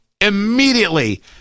Immediately